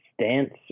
stance